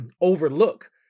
overlook